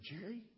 Jerry